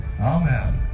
Amen